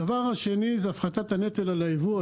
הדבר השני זה הפחתת הנטל על הייבוא.